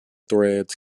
threads